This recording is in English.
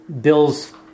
Bill's